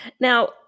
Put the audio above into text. Now